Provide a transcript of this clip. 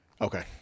Okay